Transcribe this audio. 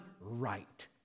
right